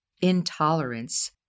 intolerance